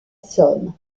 somme